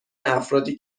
افرادی